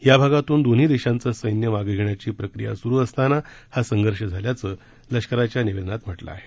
या भागातून दोन्ही देशांचं सैन्य मागे घेण्याची प्रक्रिया सुरु असताना हा संघर्ष झाल्याचं लष्कराच्या निवेदनात म्हटलं आहे